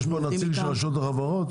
יש פה נציג מרשות החברות?